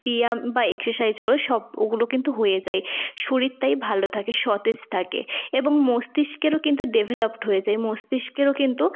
ব্যায়াম বা এক্সরসাইজ বলো সব ওগুলো কিন্তু হয়ে যায় শরীর তাই ভালো থাকে সতেজ থাকে এবং মস্তিষ্কেরও কিন্তু ডেভেলপড হয়ে যায় মস্তিষ্কেরও কিন্তু